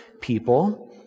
people